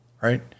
right